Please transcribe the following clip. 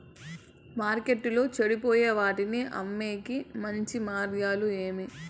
మార్కెట్టులో చెడిపోయే వాటిని అమ్మేకి మంచి మార్గాలు ఏమేమి